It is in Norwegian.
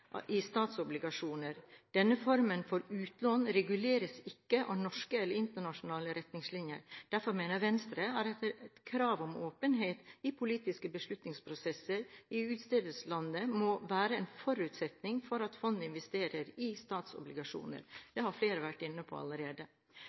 i statsobligasjoner. Denne formen for utlån reguleres ikke av norske eller internasjonale retningslinjer. Derfor mener Venstre at et krav om åpenhet i politiske beslutningsprosesser i utstederlandet må være en forutsetning for at fondet investerer i statsobligasjoner.